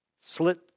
slit